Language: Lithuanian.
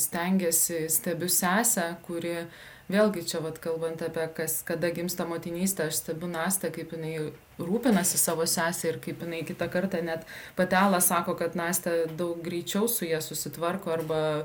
stengiasi stebiu sesę kuri vėlgi čia vat kalbant apie kas kada gimsta motinystė aš stebiu nastę kaip jinai rūpinasi savo sese ir kaip jinai kitą kartą net pati ala sako kad nastė daug greičiau su ja susitvarko arba